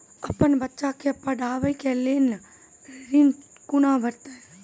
अपन बच्चा के पढाबै के लेल ऋण कुना भेंटते?